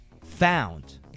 found